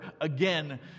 again